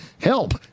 Help